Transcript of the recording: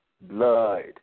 Blood